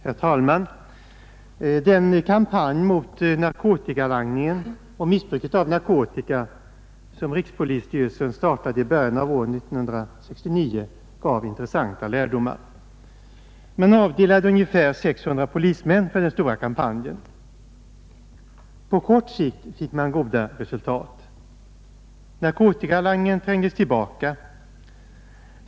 Herr talman! Den kampanj mot narkotikalangningen och missbruket av narkotika som rikspolisstyrelsen startade i början av år 1969 gav intressanta lärdomar. Man avdelade ungefär 600 polismän för den stora kampanjen. På kort sikt fick man goda resultat. Narkotikalangningen trängdes tillbaka.